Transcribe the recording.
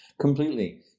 completely